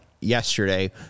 yesterday